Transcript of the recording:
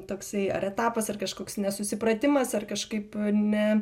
toksai ar etapas ar kažkoks nesusipratimas ar kažkaip ne